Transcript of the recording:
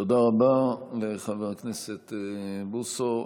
תודה רבה לחבר הכנסת בוסו.